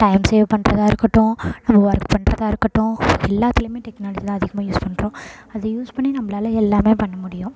time save பண்ணுறதா இருக்கட்டும் நம்ம ஒர்க் பண்ணுறதா இருக்கட்டும் எல்லாத்திலேயுமே டெக்னாலஜி தான் அதிகமாக யூஸ் பண்ணுறோம் அதை யூஸ் பண்ணி நம்மளால எல்லாமே பண்ண முடியும்